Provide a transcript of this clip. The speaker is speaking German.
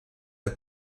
der